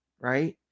right